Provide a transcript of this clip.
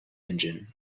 engine